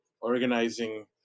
organizing